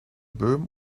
böhm